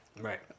right